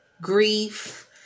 grief